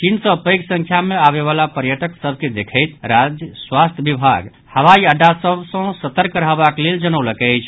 चीन सँ पैध संख्या मे आबय वला पर्यटक सभ के देखैत राज्य स्वास्थ्य विभाग हवाई अड्डा सभ सँ सतर्क रहबाक लेल जनौलक अछि